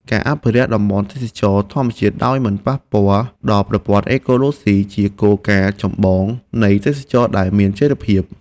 ការអភិវឌ្ឍតំបន់ទេសចរណ៍ធម្មជាតិដោយមិនប៉ះពាល់ដល់ប្រព័ន្ធអេកូឡូស៊ីជាគោលការណ៍ចម្បងនៃទេសចរណ៍ដែលមានចីរភាព។